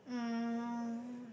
um